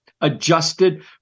adjusted